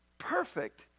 perfect